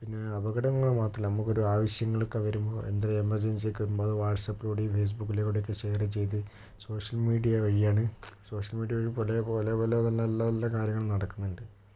പിന്നെ അപകടങ്ങൾ മാത്രമല്ല നമക്കൊരു ആവശ്യങ്ങളൊക്കെ വരുമ്പോൾ എന്തെങ്കിലും എമർജൻസി ഒക്കെ വരുമ്പോൾ വാട്സാപ്പിലൂടേയും ഫേസ്ബുക്കിലൂടേയും ഒക്കെ ഷെയർ ചെയ്ത് സോഷ്യൽ മീഡിയ വഴിയാണ് സോഷ്യൽ മീഡിയ വഴി പഴയപോലെ അതുപോലേതന്നെ നല്ല നല്ല കാര്യങ്ങളും നടക്കുന്നുണ്ട്